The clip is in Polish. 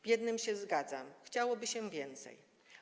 W jednym się zgadzam: chciałoby się więcej.